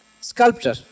sculptor